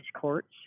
courts